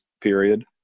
period